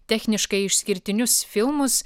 techniškai išskirtinius filmus